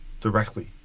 directly